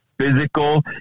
physical